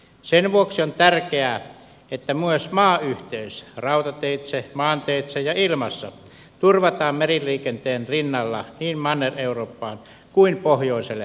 sen vuoksi on tärkeää että myös maayhteys rautateitse maanteitse ja ilmassa turvataan meriliikenteen rinnalla niin manner eurooppaan kuin pohjoiselle jäämerellekin